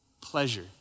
pleasure